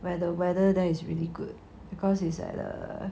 where the weather that is really good because is at err